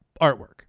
artwork